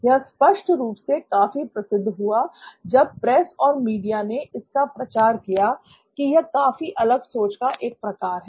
यह स्पष्ट रूप से काफी प्रसिद्ध हुआ जब प्रेस और मीडिया ने इसका प्रचार किया कि यह काफी अलग सोच का एक प्रकार है